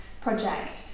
project